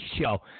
Show